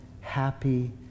happy